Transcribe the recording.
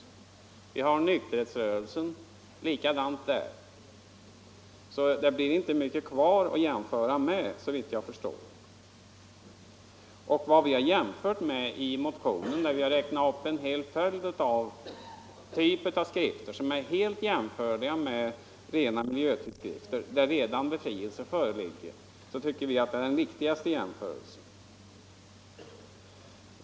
Vi har nykterhetsrörelsen, och det är likadant där. Det blir alltså inte mycket kvar att jämföra med såvitt jag kan förstå. Vi har i motionen räknat upp en rad skrifter som är helt jämförbara med miljötidskrifter där befrielse från moms redan föreligger, och det tycker vi är den viktigaste jämförelsen.